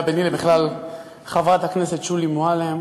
הוא היה ביני לבין חברת הכנסת שולי מועלם.